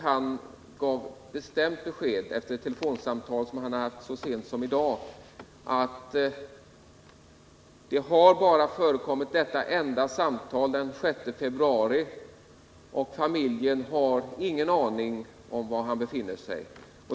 Han gav bestämt besked, efter ett telefonsamtal som han haft så sent som i dag, att det bara har förekommit detta enda samtal, den 6 februari, och familjen har ingen aning om var Mohamed Rafrafi befinner sig.